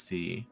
See